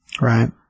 Right